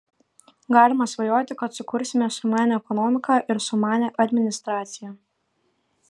galima svajoti kad sukursime sumanią ekonomiką ir sumanią administraciją